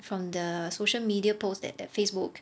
from the social media posts that that facebook